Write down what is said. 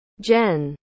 Jen